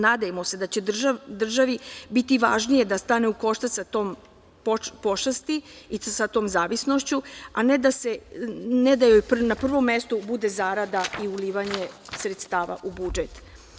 Nadajmo se da će državi biti važnije da stane u koštac sa tom pošasti i sa tom zavisnošću, a ne da joj na prvom mestu bude zarada i ulivanje sredstava u budžet.